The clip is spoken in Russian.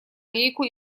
лейку